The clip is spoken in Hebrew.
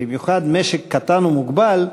במיוחד משק קטן ומוגבל,